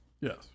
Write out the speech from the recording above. Yes